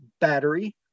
battery